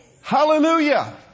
Hallelujah